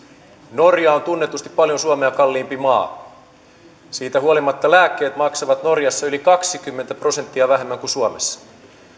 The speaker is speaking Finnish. norja on tunnetusti paljon suomea kalliimpi maa siitä huolimatta lääkkeet maksavat norjassa yli kaksikymmentä prosenttia vähemmän kuin suomessa